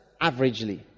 averagely